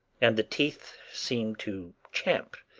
and the teeth seemed to champ,